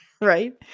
Right